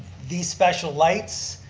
these special lights,